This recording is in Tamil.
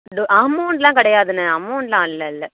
டு அமௌண்ட்டெலாம் கிடையாதுண்ண அமௌண்ட்டெலாம் இல்லை இல்லை